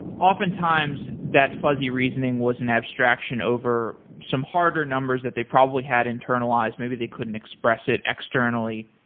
often times that fuzzy reasoning was an abstraction over some harder numbers that they probably had internalized. maybe they couldn't express it externally,